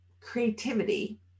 creativity